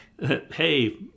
Hey